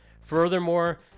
Furthermore